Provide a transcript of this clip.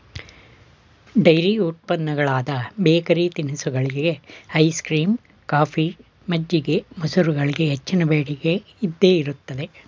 dairy ಉತ್ಪನ್ನಗಳಾದ bakery ತಿನಿಸುಗಳಿಗೆ, ice cream, coffee, ಮಜ್ಜಿಗೆ, ಮೊಸರುಗಳಿಗೆ ಹೆಚ್ಚಿನ ಬೇಡಿಕೆ ಇದ್ದೇ ಇರುತ್ತದೆ